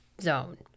zone